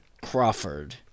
crawford